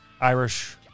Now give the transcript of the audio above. Irish